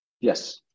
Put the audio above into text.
Yes